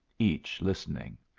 each listening.